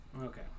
okay